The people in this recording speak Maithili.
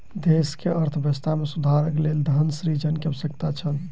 देश के अर्थव्यवस्था में सुधारक लेल धन सृजन के आवश्यकता छल